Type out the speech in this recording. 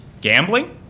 Gambling